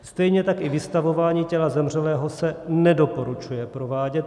Stejně tak i vystavování těla zemřelého se nedoporučuje provádět.